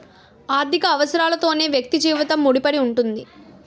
ఆర్థిక అవసరాలతోనే వ్యక్తి జీవితం ముడిపడి ఉంటుంది